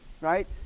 right